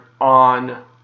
on